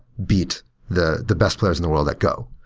beat the the best players in the world at go.